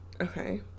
Okay